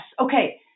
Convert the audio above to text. okay